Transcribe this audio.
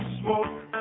smoke